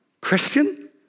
Christian